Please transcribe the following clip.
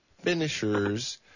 finishers